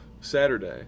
Saturday